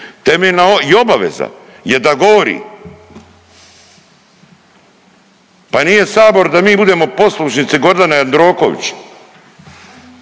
zastupnika i obaveza je da govori. Pa nije Sabor da mi budemo poslušnici Gordana Jandrokovića